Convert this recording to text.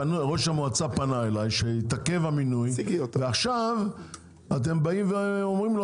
ראש המועצה פנה אליי שהתעכב המינוי ועכשיו אתם באים ואומרים לו,